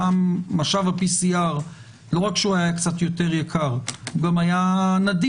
פעם ה-PCR, לא רק שהיה קצת יותר יקר, גם היה נדיר.